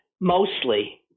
Mostly